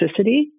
toxicity